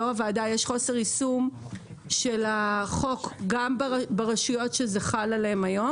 של החוק גם ברשויות שזה חל עליהן היום